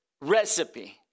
recipe